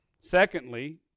Secondly